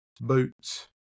boots